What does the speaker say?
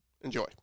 Enjoy